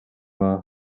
var